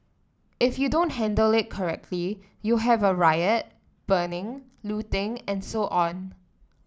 if you don't handle it correctly you have a riot burning looting and so on